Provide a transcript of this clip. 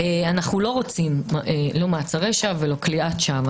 אנו לא רוצים מעצרי רשע וכליאת שווא.